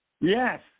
Yes